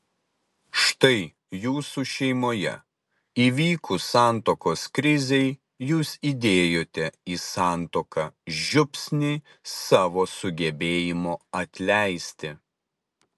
štai jūsų šeimoje įvykus santuokos krizei jūs įdėjote į santuoką žiupsnį savo sugebėjimo atleisti